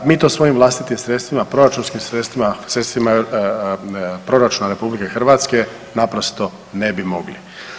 Mi to svojim vlastitim sredstvima, proračunskim sredstvima, sredstvima proračuna RH naprosto ne bi mogli.